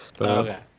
Okay